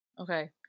Okay